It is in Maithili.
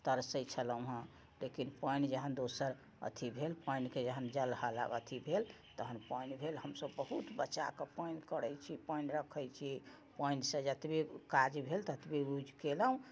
तरसै छलहुँ हँ लेकिन पानि जहन दोसर अथी भेल पानिके जहन भेल तहन पानि भेल हमसब बहुत बचाके पानि करै छी पानि रखै छी पानिसँ जतबे काज भेल ततबे रोज केलहुँ